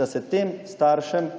da se tem staršem